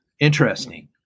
Interesting